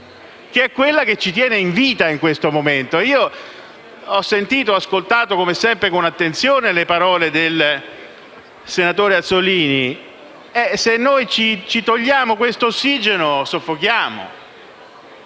che è quella che ci tiene in vita in questo momento. Ho ascoltato, come sempre con attenzione, le parole del senatore Azzollini: se ci togliamo questo ossigeno, soffochiamo.